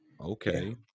okay